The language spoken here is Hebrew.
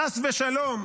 חס ושלום,